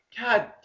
God